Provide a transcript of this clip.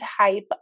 type